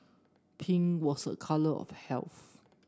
pink was a colour of health